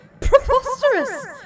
Preposterous